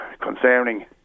concerning